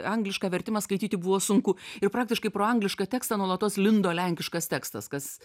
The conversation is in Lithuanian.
anglišką vertimą skaityti buvo sunku ir praktiškai pro anglišką tekstą nuolatos lindo lenkiškas tekstas kas